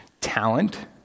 Talent